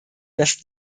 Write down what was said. dass